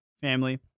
family